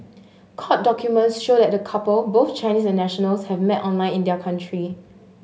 court documents show that the couple both Chinese nationals had met online in their country